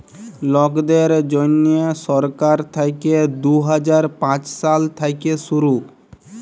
লকদের জ্যনহে সরকার থ্যাইকে দু হাজার পাঁচ সাল থ্যাইকে শুরু